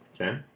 Okay